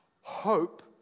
hope